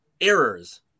Errors